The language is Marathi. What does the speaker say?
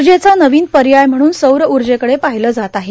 ऊर्जेचा नवीन पर्याय म्हणून सौर ऊर्जेकडे पाहिजे जात आहे